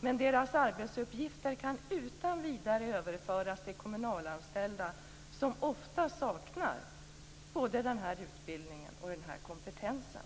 men deras arbetsuppgifter kan utan vidare överföras till kommunalanställda, som ofta saknar både den utbildningen och den kompetensen.